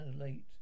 late